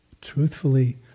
truthfully